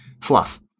Fluff